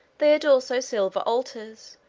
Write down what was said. they had also silver altars,